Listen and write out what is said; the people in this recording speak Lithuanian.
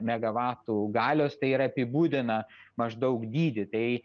megavatų galios tai yra apibūdina maždaug dydį tai